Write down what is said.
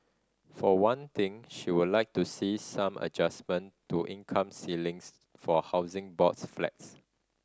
for one thing she would like to see some adjustment to income ceilings for Housing Boards flats